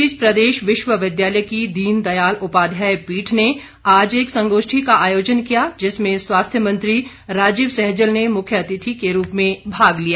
इस बीच प्रदेश विश्वविद्यालय की दीन दयाल उपाध्याय पीठ ने आज एक संगोष्टी का आयोजन किया जिसमें स्वास्थ्य मंत्री राजीव सैजल ने मुख्यतिथि के रूप में भाग लिया